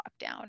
lockdown